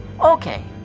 Okay